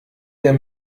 der